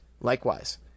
Likewise